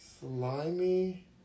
slimy